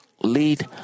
lead